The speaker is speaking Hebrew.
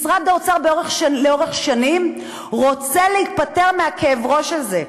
משרד האוצר לאורך שנים רוצה להיפטר מהכאב-ראש הזה.